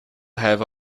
have